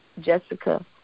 Jessica